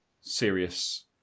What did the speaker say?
serious